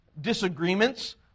disagreements